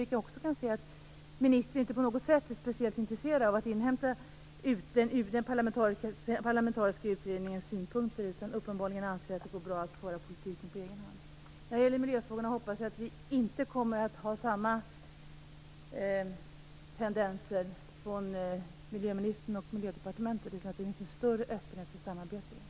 Vi kan där se att ministern inte är speciellt intresserad av att inhämta den parlamentariska utredningens synpunkter utan uppenbarligen anser att det går bra att föra politiken på egen hand. När det gäller miljöfrågorna hoppas jag att miljöministern och Miljödepartementet inte kommer att ha samma tendenser utan att det finns en större öppenhet för samarbete där.